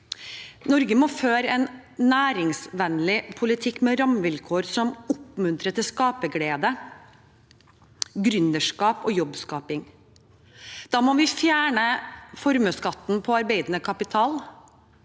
Norge må føre en næringsvennlig politikk med rammevilkår som oppmuntrer til skaperglede, gründerskap og jobbskaping. Da må vi fjerne formuesskatten på arbeidende kapital,